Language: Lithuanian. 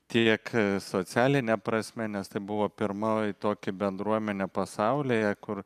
tiek socialine prasme nes tai buvo pirmoji tokia bendruomenė pasaulyje kur